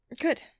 good